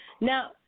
Now